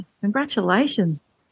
Congratulations